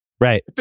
Right